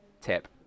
tip